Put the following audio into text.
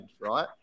right